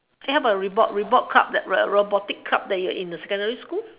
how about robot robot club that ro~ robotic club that you were in your secondary school